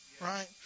right